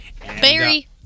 Barry